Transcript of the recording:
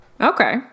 Okay